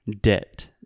debt